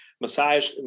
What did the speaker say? massage